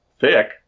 thick